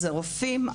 רופאים,